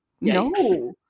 no